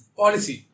policy